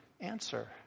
answer